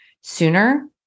sooner